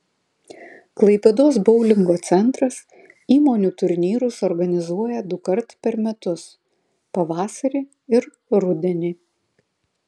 klaipėdos boulingo centras įmonių turnyrus organizuoja dukart per metus pavasarį ir rudenį